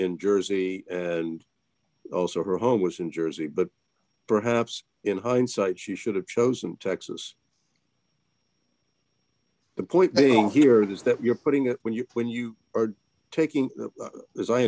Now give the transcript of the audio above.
in jersey and also her home was in jersey but perhaps in hindsight she should have chosen texas the point here is that you're putting it when you when you are taking that as i